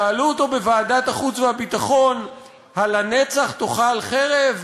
שאלו אותו בוועדת החוץ והביטחון: הלנצח תאכל חרב?